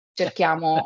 cerchiamo